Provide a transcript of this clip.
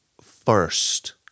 first